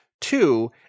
Two